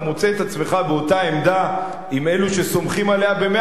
עצמך באותה עמדה עם אלו שסומכים עליה במאה אחוז,